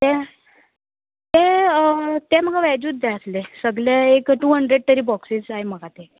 ते ते म्हाका वॅजूत जाय आसले सगले एक टू हंड्रेड तरी बॉक्सीस जाय म्हाका ते